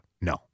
no